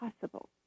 possible